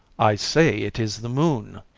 i say it is the moon.